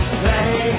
play